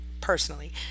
personally